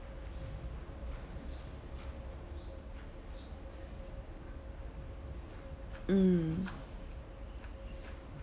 mm